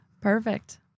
Perfect